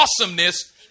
awesomeness